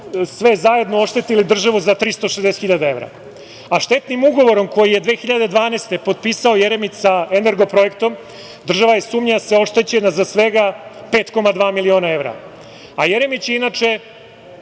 sve zajedno oštetili državu za 360.000 evra. Štetnim ugovorom koji je 2012. godine potpisao Jeremić sa „Energoprojektom“, država je, sumnja se, oštećena za svega 5,2 miliona evra. Jeremić je, inače,